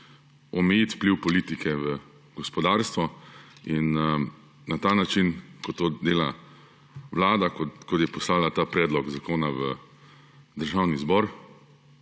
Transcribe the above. omejiti vpliv politike v gospodarstvo. In na tak način, kot to dela vlada, ko je poslala ta predlog zakona v Državni zbor